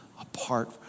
apart